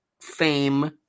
fame